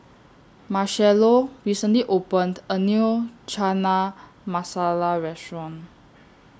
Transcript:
Marchello recently opened A New Chana Masala Restaurant